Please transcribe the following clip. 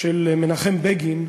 של מנחם בגין,